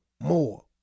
more